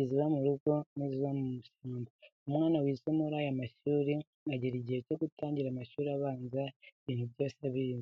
iziba mu rugo n'iziba mu ishyamba. Umwana wize muri aya mashuri agera igihe cyo gutangira amashuri abanza ibintu byinshi abizi.